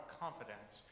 confidence